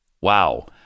Wow